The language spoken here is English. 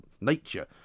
nature